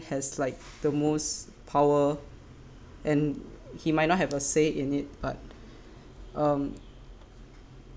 has like the most power and he might not have a say in it but um